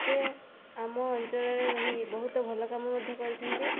ସେ ଆମ ଅଞ୍ଚଳରେ ରହି ବହୁତ ଭଲ କାମ ମଧ୍ୟ କରିଛନ୍ତି